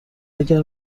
اگر